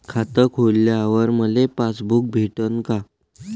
खातं खोलल्यावर मले पासबुक भेटन का?